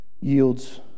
Yields